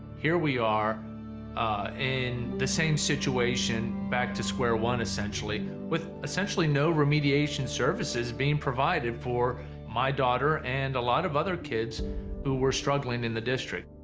here we are in the same situation back to square one essentially with essentially no remediation services being provided for my daughter and a lot of other kids who were struggling in the district.